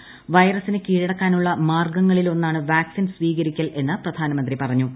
പ്രെറ്സിനെ കീഴടക്കാനുള്ള മാർഗ്ഗങ്ങളിലൊന്നാണ് പ്ലാക്സിൻ സ്വീകരിക്കൽ എന്ന് പ്രധാനമന്ത്രി പറഞ്ഞു